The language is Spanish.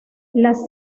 las